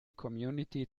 community